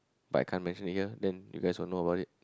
but I can't I mention it here then you guys will know about it